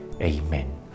Amen